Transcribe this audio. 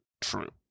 true